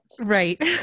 Right